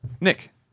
Nick